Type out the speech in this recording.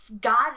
God